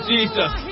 Jesus